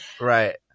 right